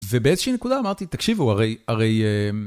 ובאיזושהי נקודה אמרתי, תקשיבו הרי...